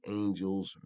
angels